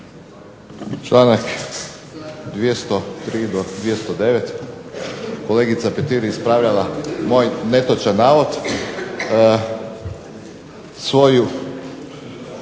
Članak 203. do 209., kolegica Petir je ispravljala moj netočan navod, svoju